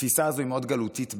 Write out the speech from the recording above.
התפיסה הזו היא מאוד גלותית בעיניי.